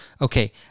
okay